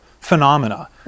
phenomena